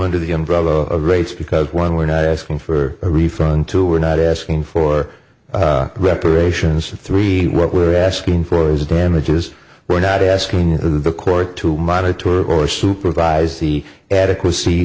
under the umbrella of rates because one we're not asking for a refund two we're not asking for reparations three what we're asking for is damages we're not asking the court to monitor or supervise the adequa